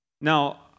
Now